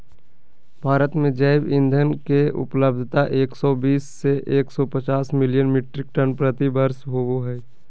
भारत में जैव ईंधन के उपलब्धता एक सौ बीस से एक सौ पचास मिलियन मिट्रिक टन प्रति वर्ष होबो हई